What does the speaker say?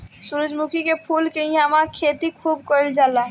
सूरजमुखी के फूल के इहां खेती खूब कईल जाला